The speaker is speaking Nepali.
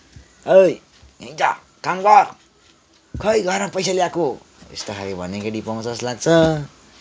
ओइ यहाँ आइज काम गर खोइ घरमा पैसा ल्याएको यस्तो खाले भन्ने केटी पाउँछ जस्तो लाग्छ